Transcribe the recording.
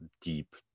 deep